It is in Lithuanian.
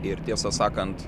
ir tiesą sakant